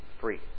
free